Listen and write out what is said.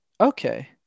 okay